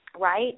right